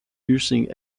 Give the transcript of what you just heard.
using